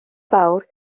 fawr